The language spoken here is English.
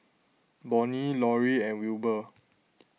Bonnie Lauri and Wilbur